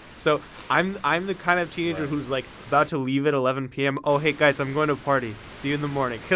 so i'm i'm the kind of teenager who's like about to leave at eleven p m. oh hey guys, i'm going to a party. see you in the morning.